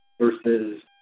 versus